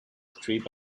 strip